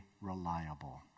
reliable